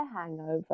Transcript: hangover